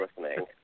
listening